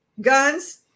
guns